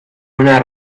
una